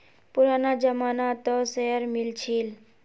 पुराना जमाना त शेयर मिल छील